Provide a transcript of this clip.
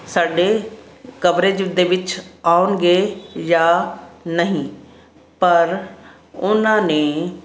ਸਾਡੇ ਕਵਰੇਜ ਦੇ ਵਿੱਚ ਆਉਣਗੇ ਜਾਂ ਨਹੀਂ ਪਰ ਉਨ੍ਹਾਂ ਨੇ